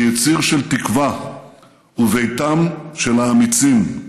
היא יציר של תקווה וביתם של האמיצים.